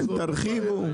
תרחיבו.